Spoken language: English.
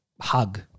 hug